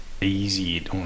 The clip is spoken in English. easy